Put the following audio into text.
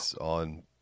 on